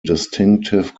distinctive